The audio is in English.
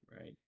right